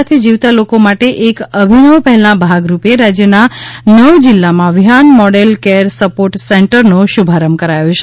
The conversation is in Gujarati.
સાથે જીવતા લોકો માટે એક અભિનવ પહેલના ભાગરૂપે રાજ્યના નવ જિલ્લામાં વિહાન મોડેલ કેર સપોર્ટ સેન્ટર્સનો શુભારંભ કરાયો છે